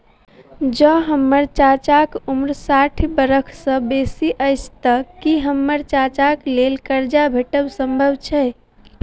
जँ हम्मर चाचाक उम्र साठि बरख सँ बेसी अछि तऽ की हम्मर चाचाक लेल करजा भेटब संभव छै?